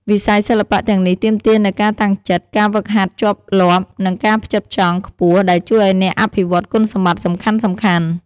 វិស័យសិល្បៈទាំងនេះទាមទារនូវការតាំងចិត្ត ការហ្វឹកហាត់ជាប់លាប់ និងការផ្ចិតផ្ចង់ខ្ពស់ ដែលជួយឱ្យអ្នកអភិវឌ្ឍគុណសម្បត្តិសំខាន់ៗ។